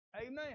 Amen